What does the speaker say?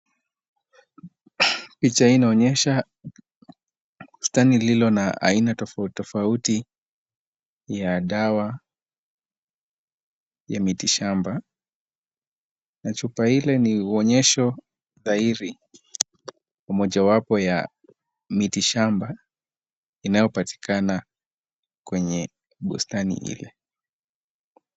Picha hii inaonyesha bustani lililo na aina tofauti tofauti ya dawa ya miti shamba na chupa ile ni uonyesho dhahiri wa mojawapo ya miti shamba inayopatikana kwenye bustani ile.